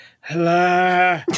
Hello